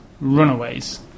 Runaways